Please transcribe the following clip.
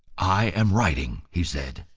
i am writing, he said.